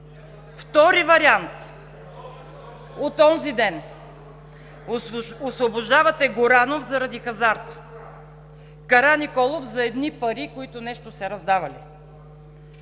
Втори вариант, от онзи ден: освобождавате Горанов заради хазарта, Караниколов за едни пари, които нещо се раздавали,